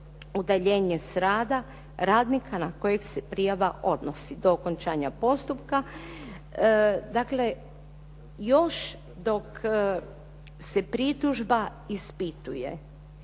udaljenje s rada radnika na kojeg se prijava odnosi do okončanja postupka. Dakle, još dok se pritužba ispituje,